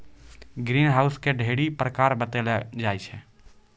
green house के ढ़ेरी प्रकार बतैलो जाय छै